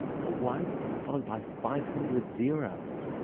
that's a one followed by five hundred zeros,